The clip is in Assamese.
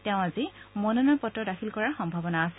তেওঁ আজি মনোনয়ন পত্ৰ দাখিল কৰাৰ সম্ভাৱনা আছে